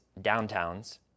downtowns